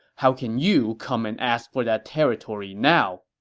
how can you come and ask for that territory now?